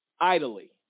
idly